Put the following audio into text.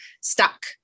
stuck